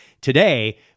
today